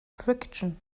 friction